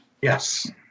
yes